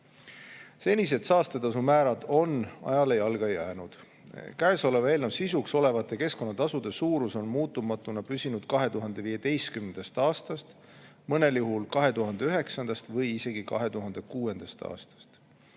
Senised saastetasumäärad on ajale jalgu jäänud. Käesoleva eelnõu sisuks olevate keskkonnatasude suurus on muutumatuna püsinud 2015. aastast, mõnel juhul 2009. või isegi 2006. aastast.